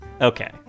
Okay